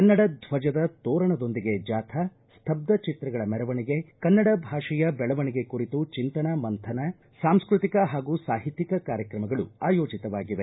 ಕನ್ನಡ ಧ್ವಜದ ತೋರಣದೊಂದಿಗೆ ಜಾಥಾ ಸ್ತಬ್ನ ಚಿತ್ರಗಳ ಮೆರವಣಿಗೆ ಕನ್ನಡ ಭಾಷೆಯ ಬೆಳವಣಿಗೆ ಕುರಿತು ಚಿಂತನ ಮಂಥನ ಸಾಂಸ್ಪತಿಕ ಹಾಗೂ ಸಾಹಿತ್ವಿಕ ಕಾರ್ಯಕ್ರಮಗಳು ಅಯೋಜತವಾಗಿವೆ